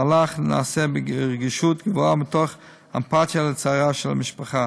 המהלך נעשה ברגישות גבוהה ומתוך אמפתיה לצערה של המשפחה.